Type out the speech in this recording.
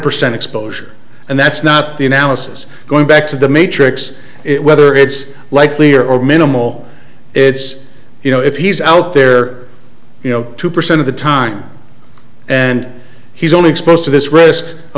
percent exposure and that's not the analysis going back to the matrix it whether it's likelier or minimal it's you know if he's out there you know two percent of the time and he's only exposed to this risk a